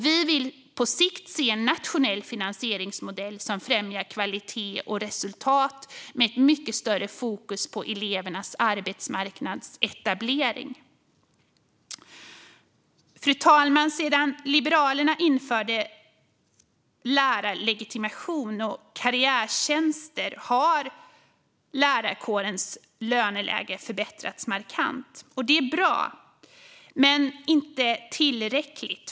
Vi vill på sikt se en nationell finansieringsmodell som främjar kvalitet och resultat, med ett mycket större fokus på elevernas arbetsmarknadsetablering. Fru talman! Sedan Liberalerna införde lärarlegitimation och karriärtjänster har lärarkårens löneläge förbättrats markant. Det är bra, men inte tillräckligt.